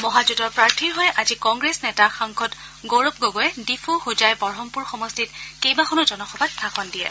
মহাজোঁটৰ প্ৰাৰ্থীৰ হৈ আজি কংগ্ৰেছ নেতা সাংসদ গৌৰৱ গগৈয়ে ডিফু হোজাই বঢ়মপুৰ সমষ্টিত কেইবাখনো জনসভাত ভাষণ দিয়ে